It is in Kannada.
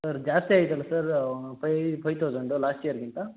ಸರ್ ಜಾಸ್ತಿ ಆಯಿತಲ್ಲ sir five five thousand last ಇಯರ್ಗಿಂತ